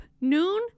Noon